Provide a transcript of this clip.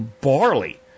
barley